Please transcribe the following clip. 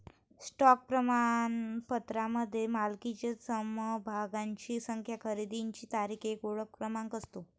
stock प्रमाणपत्रामध्ये मालकीच्या समभागांची संख्या, खरेदीची तारीख, एक ओळख क्रमांक असतो